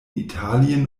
italien